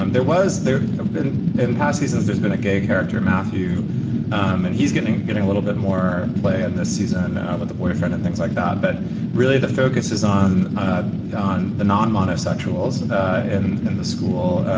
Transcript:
um there was there in in past seasons there's been a gay character matthew and he's getting getting a little bit more play and this season with a boyfriend and things like that but really the focus is on ah on the non minus actuals and the school.